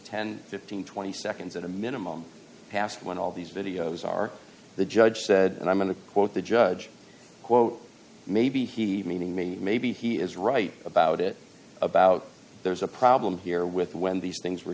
and twenty seconds at a minimum past when all these videos are the judge said and i'm going to quote the judge quote maybe he meaning me maybe he is right about it about there's a problem here with when these things were